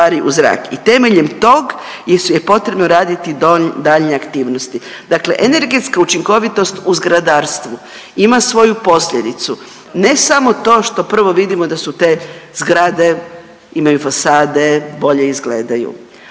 i temeljem tog je potrebno raditi daljnje aktivnosti. Dakle, energetska učinkovitost u zgradarstvu ima svoju posljedicu, ne samo to što prvo vidimo da su te zgrade imaju fasade, bolje izgledaju,